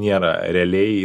nėra realiai